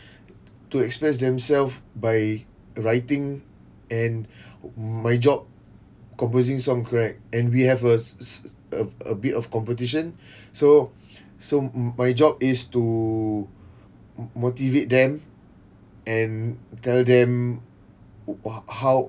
to express themselves by writing and my job composing song correct and we have a s~ a a bit of competition so so m~ my job is to motivate them and tell them u~ ho~ how